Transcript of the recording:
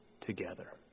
together